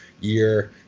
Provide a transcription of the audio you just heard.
year